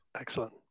Excellent